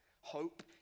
Hope